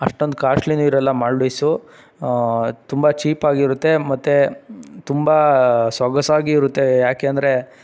ಅಷ್ಟೊಂದು ಕಾಶ್ಟ್ಲಿನೂ ಇರೋಲ್ಲ ಮಾಲ್ಡೀವ್ಸು ತುಂಬ ಚೀಪಾಗಿರುತ್ತೆ ಮತ್ತು ತುಂಬ ಸೊಗಸಾಗಿರುತ್ತೆ ಯಾಕೆ ಅಂದರೆ